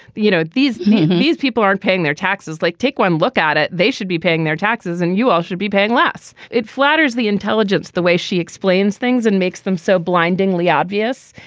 you know these men these people aren't paying their taxes like take one look at it. they should be paying their taxes and you all should be paying less. it flatters the intelligence the way she explains things and makes them so blindingly obvious.